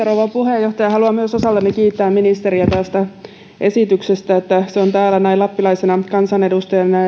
rouva puheenjohtaja haluan myös osaltani kiittää ministeriä tästä esityksestä että se on täällä näin lappilaisena kansanedustajana